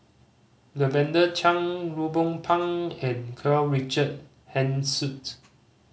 Lavender Chang Ruben Pang and Karl Richard Hanitsch